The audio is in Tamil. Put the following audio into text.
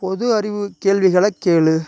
பொது அறிவுக் கேள்விகளை கேள்